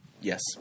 Yes